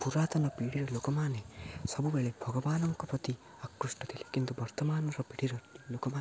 ପୁରାତନ ପିଢ଼ିର ଲୋକମାନେ ସବୁବେଳେ ଭଗବାନଙ୍କ ପ୍ରତି ଆକୃଷ୍ଟ ଥିଲେ କିନ୍ତୁ ବର୍ତ୍ତମାନର ପିଢ଼ିର ଲୋକମାନେ